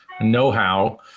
know-how